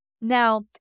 Now